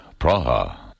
Praha